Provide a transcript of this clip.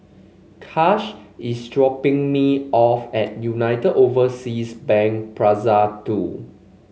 Kash is dropping me off at United Overseas Bank Plaza Two